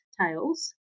tails